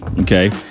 okay